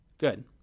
Good